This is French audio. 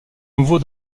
nouveaux